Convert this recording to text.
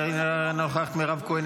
מאיר כהן,